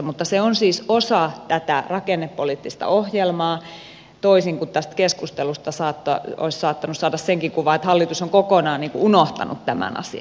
mutta se on siis osa tätä rakennepoliittista ohjelmaa toisin kuin tästä keskustelusta olisi saattanut saada senkin kuvan että hallitus on kokonaan unohtanut tämän asian